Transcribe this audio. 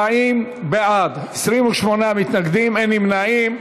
40 בעד, 28 מתנגדים, אין נמנעים.